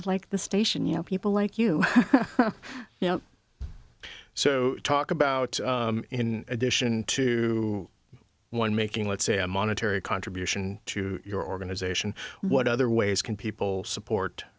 of like the station you know people like you know so talk about in addition to when making let's say a monetary contribution to your organization what other ways can people support